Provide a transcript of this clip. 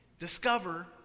Discover